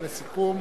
לסיכום.